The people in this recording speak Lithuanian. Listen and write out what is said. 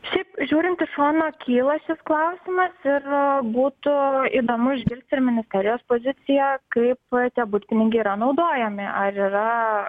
šiaip žiūrint iš šono kyla šis klausimas ir būtų įdomu išgirsti ir ministerijos poziciją kaip tie butpinigiai yra naudojami ar yra